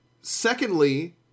secondly